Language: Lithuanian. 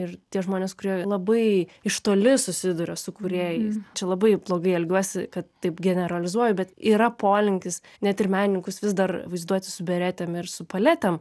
ir tie žmonės kurie labai iš toli susiduria su kūrėjais čia labai blogai elgiuosi kad taip generalizuoju bet yra polinkis net ir menininkus vis dar vaizduoti su beretėm ir su paletėm